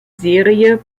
serie